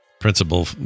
principal